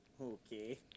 Okay